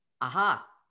aha